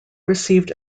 received